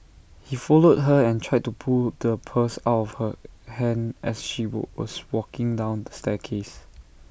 he followed her and tried to pull the purse out of her hand as she was walking down the staircase